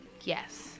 Yes